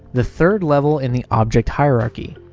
the third level in the object hierarchy.